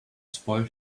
spoil